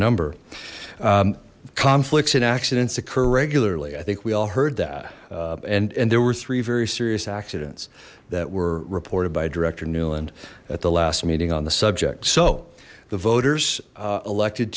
number conflicts and accidents occur regularly i think we all heard that and and there were three very serious accidents that were reported by director nuland at the last meeting on the subject so the voters elected